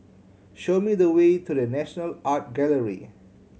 show me the way to The National Art Gallery